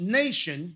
nation